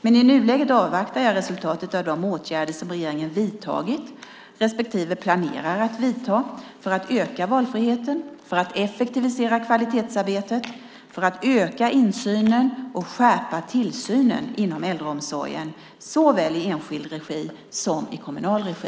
Men i nuläget avvaktar jag resultatet av de åtgärder som regeringen vidtagit respektive planerar att vidta för att öka valfriheten, effektivisera kvalitetsarbetet, öka insynen och skärpa tillsynen inom äldreomsorgen såväl i enskild regi som i kommunal regi.